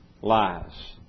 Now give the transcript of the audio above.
lies